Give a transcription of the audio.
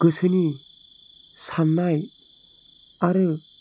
गोसोनि साननाय आरो